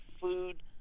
food